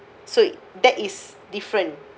so that is different